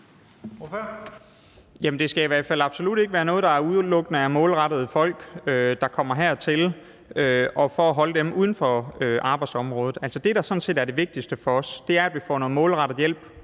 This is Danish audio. Det skal i hvert fald absolut ikke være noget, der udelukkende er målrettet folk, der kommer hertil, og for at holde dem uden for arbejdsmarkedet. Det, der sådan set er det vigtigste for os, er, at vi får noget målrettet hjælp